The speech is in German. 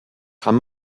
kann